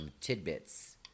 tidbits